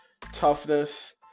toughness